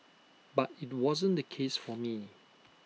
but IT wasn't the case for me